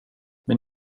men